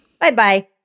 Bye-bye